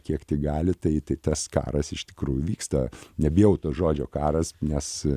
kiek tik gali tai tai tas karas iš tikrųjų vyksta nebijau to žodžio karas nes